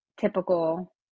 typical